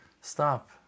stop